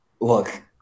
Look